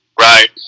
Right